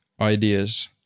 ideas